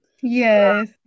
Yes